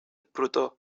protó